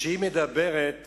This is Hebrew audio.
שכשהיא מדברת